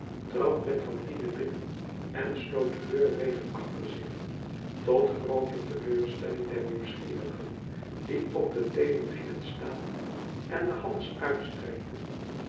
trad met fantine binnen en sloot de deur weder achter zich tot groote teleurstelling der nieuwsgierigen die op de teenen gingen staan en den hals uitstrekten